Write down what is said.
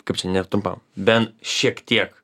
kaip čia ne trumpam ben šiek tiek